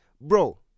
bro